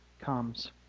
comes